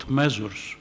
measures